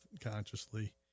consciously